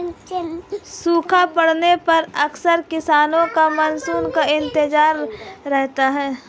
सूखा पड़ने पर अक्सर किसानों को मानसून का इंतजार रहता है